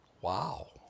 Wow